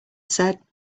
said